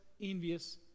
envious